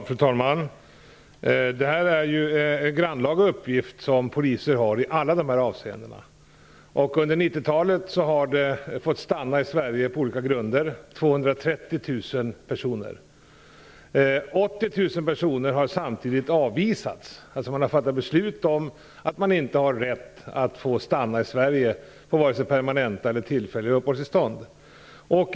Fru talman! Polisen har i alla dessa avseenden en grannlaga uppgift. Under 90-talet har 230 000 personer fått stanna i Sverige på olika grunder. Samtidigt har 80 000 personer avvisats. Man har alltså fattat beslut om att dessa inte har rätt att få stanna i Sverige på vare sig permanenta eller tillfälliga uppehållstillstånd.